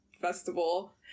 festival